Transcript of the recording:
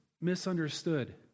misunderstood